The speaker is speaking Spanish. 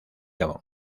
gabón